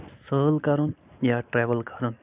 سٲل کَرُن یا ٹرٮ۪ؤل کَرُن